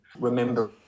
remember